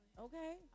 Okay